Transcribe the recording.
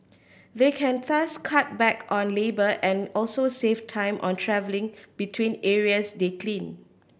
they can thus cut back on labour and also save time on travelling between areas they clean